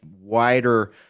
wider